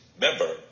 Member